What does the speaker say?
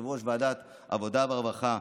יושב-ראש ועדת העבודה והרווחה,